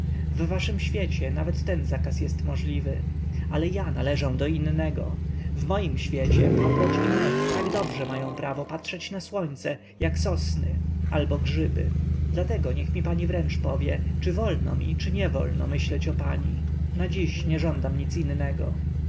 w waszym świecie nawet ten zakaz jest możliwy ale ja należę do innego w moim świecie paproć i mech tak dobrze mają prawo patrzeć na słońce jak sosny albo grzyby dlatego niech mi pani wręcz powie czy wolno mi czy niewolno myśleć o pani na dziś nie żądam nic innego